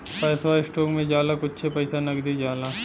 पैसवा स्टोक मे जाला कुच्छे पइसा नगदी जाला